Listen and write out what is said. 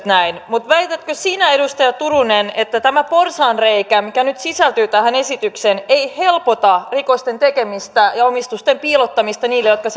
näin mutta väitätkö sinä edustaja turunen että tämä porsaanreikä mikä nyt sisältyy tähän esitykseen ei helpota rikosten tekemistä ja omistusten piilottamista niille jotka